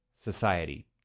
society